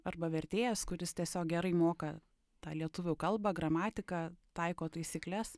arba vertėjas kuris tiesiog gerai moka tą lietuvių kalbą gramatiką taiko taisykles